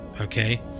Okay